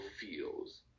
feels